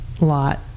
lot